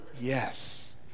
Yes